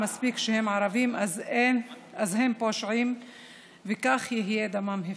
מספיק שהם ערבים אז הם פושעים וכך יהיה דמם הפקר.